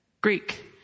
Greek